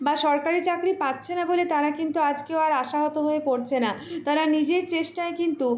বা সরকারি চাকরি পাচ্ছে না বলে তারা কিন্তু আজও আর আশাহত হয়ে পড়ছে না তারা নিজের চেষ্টায় কিন্তু